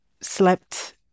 slept